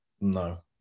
No